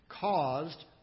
caused